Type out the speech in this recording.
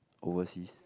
overseas